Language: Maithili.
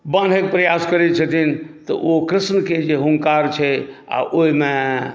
बान्हैके प्रयास करैत छथिन तऽ ओ कृष्णके जे हूङ्कार छै आ ओहिमे